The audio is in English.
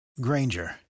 Granger